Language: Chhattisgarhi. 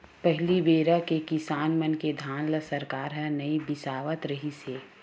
पहली बेरा के किसान मन के धान ल सरकार ह नइ बिसावत रिहिस हे